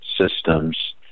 systems